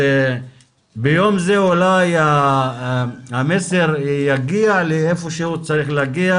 ביום זה אולי המסר יגיע לאיפה שהוא צריך להגיע